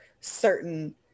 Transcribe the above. certain